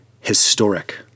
historic